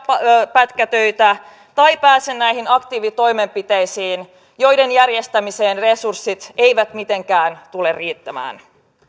pätkätöitä tai pääse näihin aktiivitoimenpiteisiin joiden järjestämiseen resurssit eivät mitenkään tule riittämään